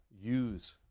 use